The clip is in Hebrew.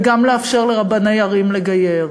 וגם לאפשר לרבני ערים לגייר,